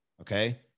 okay